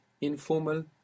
Informal